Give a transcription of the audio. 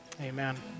Amen